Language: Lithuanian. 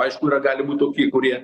aišku yra gali būt toki kurie